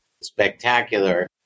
spectacular